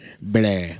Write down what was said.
Blah